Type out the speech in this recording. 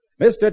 Mr